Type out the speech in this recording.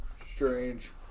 Strange